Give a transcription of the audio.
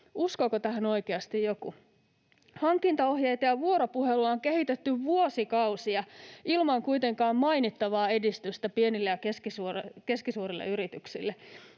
ryhmästä: Kyllä!] Hankintaohjeita ja vuoropuhelua on kehitetty vuosikausia kuitenkin ilman mainittavaa edistystä pienille ja keskisuurille yrityksille.